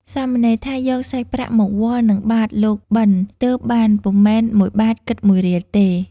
សាមណេរថាយកសាច់ប្រាក់មកវាល់នឹងបាត្រលោកបិណ្ឌទើបបាន ពុំមែន ១បាទ គិត១រៀលទេ។